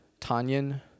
Tanyan